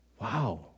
Wow